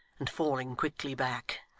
and falling quickly back.